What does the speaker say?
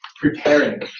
preparing